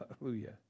Hallelujah